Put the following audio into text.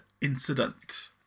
incident